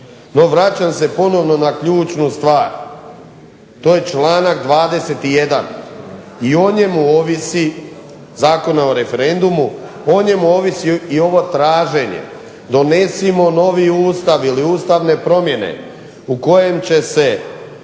vraćam se ponovno na ključnu stvar, to je članak 21. i o njemu ovisi, Zakona o referendumu, o njemu ovisi i ovo traženje, donesemo novi Ustav ili ustavne promjene u kojem će se